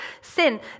sin